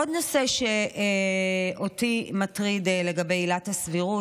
עוד נושא שמטריד אותי לגבי עילת הסבירות,